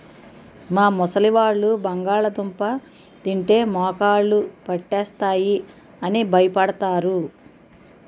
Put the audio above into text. మా ముసలివాళ్ళు బంగాళదుంప తింటే మోకాళ్ళు పట్టేస్తాయి అని భయపడతారు